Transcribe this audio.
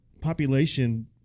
population